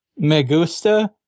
Megusta